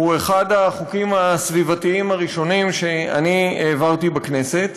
האו אחד החוקים הסביבתיים הראשונים שאני העברתי בכנסת.